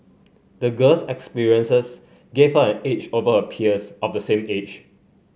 the girl's experiences gave her an edge over her peers of the same age